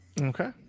Okay